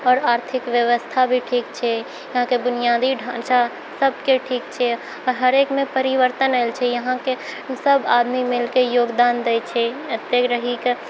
आओर आर्थिक बेबस्था भी ठीक छै यहाँके बुनियादी ढाँचा सबके ठीक छै आओर हरेकमे परिवर्तन आएल छै यहाँके सब आदमी मिलिकऽ योगदान दै छै एतहि रहिकऽ